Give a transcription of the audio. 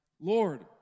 Lord